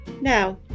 Now